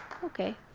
okay.